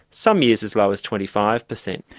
some years as low as twenty five per cent.